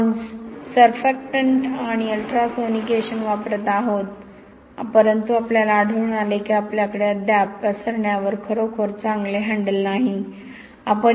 आपण सर्फॅक्टंट आणि ultrasonication वापरत आहोत परंतु आपल्याला आढळून आले की आपल्याकडे अद्याप पसरण्यावर खरोखर चांगले हँडल नाही